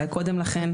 אולי קודם לכן.